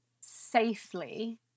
safely